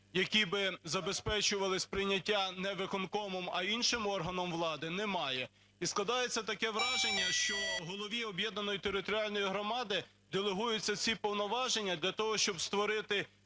які б забезпечували прийняття не виконкомом, а іншим органом влади, немає. І складається таке враження, що голові об'єднаної територіальної громади делегуються ці повноваження для того, щоб створити